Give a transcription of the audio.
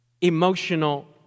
emotional